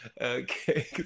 Okay